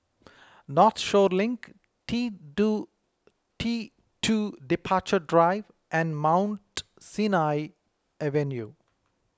Northshore Link T two T two Departure Drive and Mount Sinai Avenue